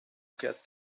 get